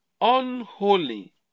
unholy